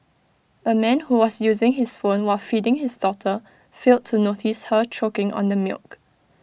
A man who was using his phone while feeding his daughter failed to notice her choking on the milk